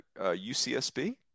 UCSB